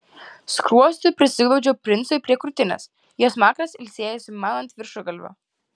skruostu prisiglaudžiau princui prie krūtinės jo smakras ilsėjosi man ant viršugalvio